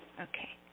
Okay